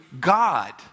God